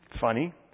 Funny